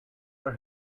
her